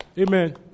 Amen